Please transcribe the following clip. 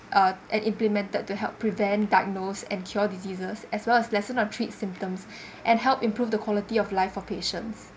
and implemented to help prevent diagnose and cure diseases as well as lessen or treat symptoms and help improve the quality of life for patients